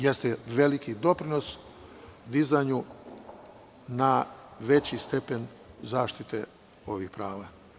Jeste veliki doprinos dizanju na veći stepen zaštite ovih prava.